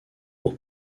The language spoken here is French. pour